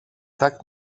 tak